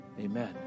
Amen